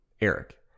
Eric